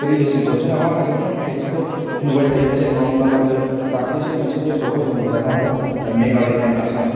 रिलेसनसयाव जोंहा माखासे कनफ्लिकसफोर नुबाय थायो जेनावबा हमनानै लादो दाख्लिसो मोनसे निउसाव फैदों मोनलाय नङा होनबा मेघालय एन आसाम